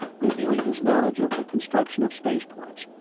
reviewing his knowledge of the construction of spaceports,